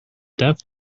death